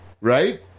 right